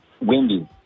windy